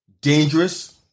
dangerous